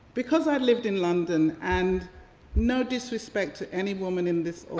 because i lived in london and no disrespect to any woman in this